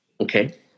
Okay